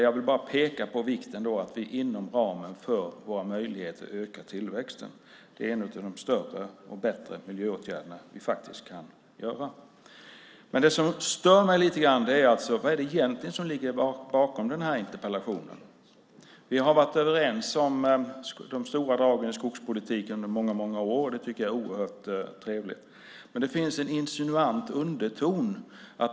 Jag vill bara peka på vikten av att vi inom ramen för våra möjligheter ökar tillväxten. Det är en av de större och bättre miljöåtgärderna vi kan göra. Det som stör mig lite är vad som egentligen ligger bakom interpellationen. Vi har varit överens om de stora dragen i skogspolitiken under många år, och det är oerhört trevligt. Men det finns en insinuant underton.